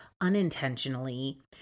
unintentionally